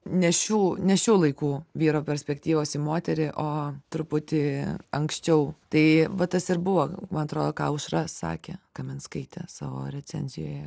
ne šių ne šių laikų vyro perspektyvos į moterį o truputį anksčiau tai vat tas ir buvo man atrodo ką aušrą sakė kaminskaitė savo recenzijoje